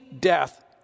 death